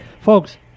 folks